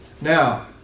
Now